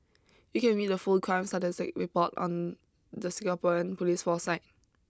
you can read the full crime statistics report on the Singapore police force site